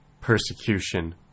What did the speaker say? persecution